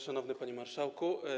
Szanowny Panie Marszałku!